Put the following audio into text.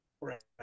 Right